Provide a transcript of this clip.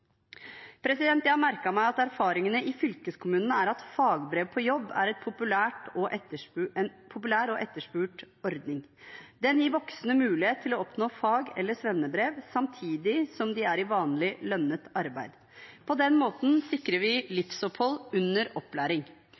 Jeg har merket meg at erfaringene i fylkeskommunene er at Fagbrev på jobb er en populær og etterspurt ordning. Den gir voksne mulighet til å oppnå fag- eller svennebrev samtidig som de er i vanlig lønnet arbeid. På den måten sikrer vi livsopphold under opplæring.